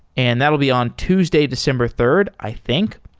and that will be on tuesday, december third, i think.